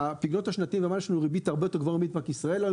בפיקדונות השנתיים יש לנו ריבית הרבה יותר גבוהה מריבית בנק ישראל היום,